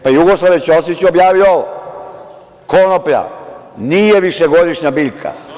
Pa, Jugoslave Ćosiću, objavi i ovo – konoplja nije višegodišnja biljka.